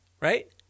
right